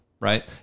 Right